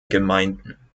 gemeinden